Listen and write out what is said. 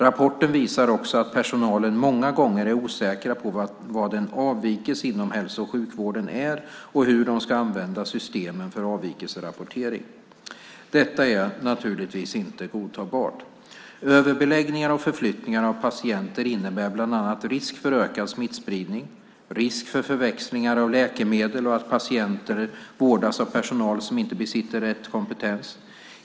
Rapporten visar också att personalen många gånger är osäkra på vad en avvikelse inom hälso och sjukvården är och hur de ska använda systemen för avvikelserapportering. Detta är naturligtvis inte godtagbart. Överbeläggningar och förflyttningar av patienter innebär bland annat risk för ökad smittspridning, risk för förväxlingar av läkemedel och att patienter vårdas av personal som inte besitter rätt kompetens.